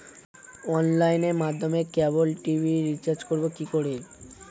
অনলাইনের মাধ্যমে cable TV recharge করব কি করে?